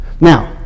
Now